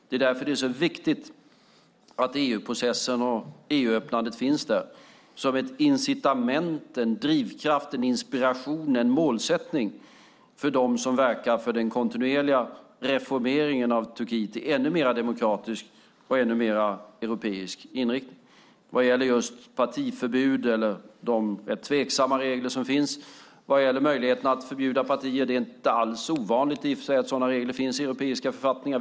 Det är därför det är så viktigt att EU-processen och EU-öppnandet finns där som ett incitament, en drivkraft, en inspiration och en målsättning för dem som verkar för den kontinuerliga reformeringen av Turkiet i ännu mer demokratisk och ännu mer europeisk inriktning. Sedan gäller det partiförbud eller de tveksamma regler som finns vad gäller möjligheten att förbjuda partier. Det är i och för sig inte alls ovanligt att sådana regler finns i europeiska författningar.